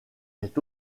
est